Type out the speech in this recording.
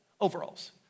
overalls